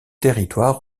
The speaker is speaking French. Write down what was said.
territoire